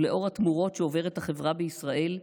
ולאור התמורות שעוברת החברה בישראל,